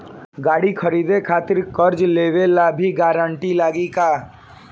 गाड़ी खरीदे खातिर कर्जा लेवे ला भी गारंटी लागी का?